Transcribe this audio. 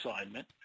assignment